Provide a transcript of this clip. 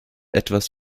etwas